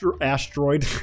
asteroid